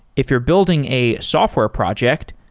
if you're building a software project,